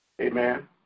Amen